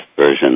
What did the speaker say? version